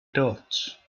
dots